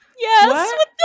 Yes